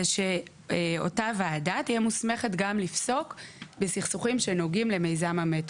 זה שאותה הוועדה תהיה מוסמכת גם לפסוק בסכסוכים שנוגעים למיזם המטרו.